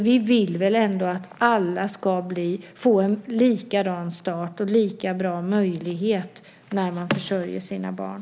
Vi vill väl ändå att alla ska få en likadan start och lika bra möjligheter när man försörjer sina barn?